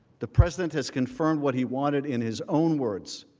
the president has confirmed what he wanted in his own words.